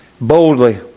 boldly